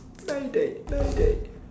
mayday mayday